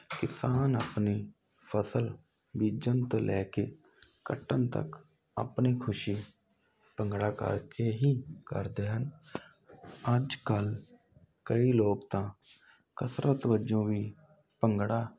ਕਿਸਾਨ ਆਪਣੀ ਫਸਲ ਬੀਜਣ ਤੋਂ ਲੈ ਕੇ ਕੱਟਣ ਤੱਕ ਆਪਣੀ ਖੁਸ਼ੀ ਭੰਗੜਾ ਕਰਕੇ ਹੀ ਕਰਦੇ ਹਨ ਅੱਜ ਕੱਲ੍ਹ ਕਈ ਲੋਕ ਤਾਂ ਕਸਰਤ ਵਜੋਂ ਵੀ ਭੰਗੜਾ